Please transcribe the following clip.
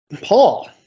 Paul